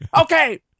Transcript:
Okay